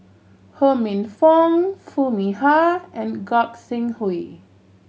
Ho Minfong Foo Mee Har and Gog Sing Hooi